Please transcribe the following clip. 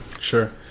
Sure